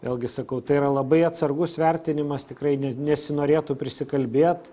vėlgi sakau tai yra labai atsargus vertinimas tikrai nesinorėtų prisikalbėt